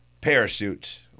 parachute